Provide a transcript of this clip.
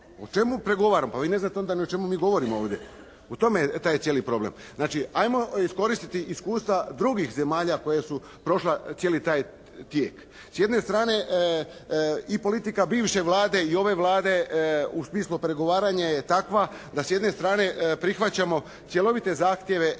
O čemu mi pregovaramo? Pa vi ne znate onda ni o čemu mi govorimo ovdje. U tome je taj cijeli problem. Znači ajmo iskoristiti iskustva drugih zemalja koje su prošle cijeli taj tijek. S jedne strane i politika bivše Vlade i ove Vlade u smislu pregovaranja je takva da s jedne strane prihvaćamo cjelovite zahtjeve